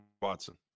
Watson